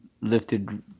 lifted